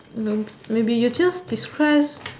no maybe you just describe